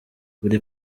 buri